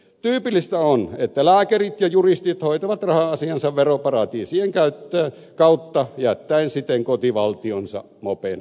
tyypillistä on että lääkärit ja juristit hoitavat raha asiansa veroparatiisien kautta jättäen siten kotivaltionsa mopen osille